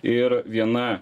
ir viena